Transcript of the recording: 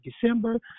December